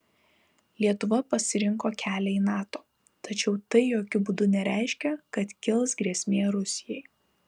lietuva pasirinko kelią į nato tačiau tai jokiu būdu nereiškia kad kils grėsmė rusijai